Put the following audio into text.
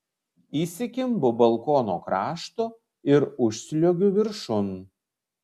įsikimbu balkono krašto ir užsliuogiu viršun